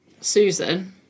Susan